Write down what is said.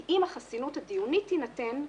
כי אם החסינות הדיונית תינתן,